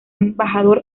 embajador